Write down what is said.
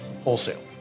wholesale